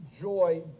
joy